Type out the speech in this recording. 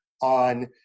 on